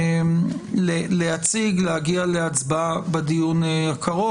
להציג, להגיע להצבעה בדיון הקרוב.